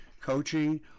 coaching